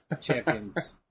champions